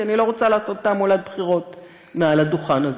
כי אני לא רוצה לעשות תעמולת בחירות מעל הדוכן הזה.